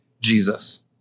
Jesus